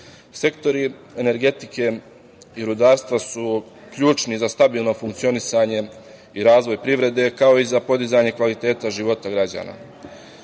svetu. Sektori energetike i rudarstva su ključni za stabilno funkcionisanje i razvoj privrede, kao i za podizanje kvaliteta života građana.